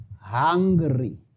hungry